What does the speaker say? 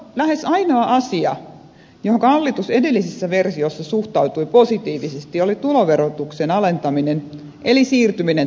lähes ainoa asia johonka hallitus edellisessä versiossa suhtautui positiivisesti oli tuloverotuksen alentaminen eli siirtyminen tasaveroon